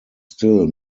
still